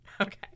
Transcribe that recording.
okay